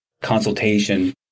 consultation